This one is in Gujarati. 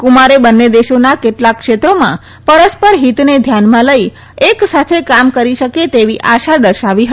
કુમારે બંને દેશોના કેટલાંક ક્ષેત્રોમાં પરસ્પર હિતને ધ્યાનમાં લઈ એક સાથે કામ કરી શકે તેવી આશા દર્શાવી હતી